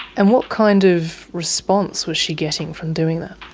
and what kind of response was she getting from doing that?